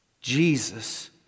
Jesus